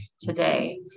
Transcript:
today